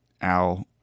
Al